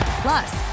Plus